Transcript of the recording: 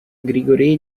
grigori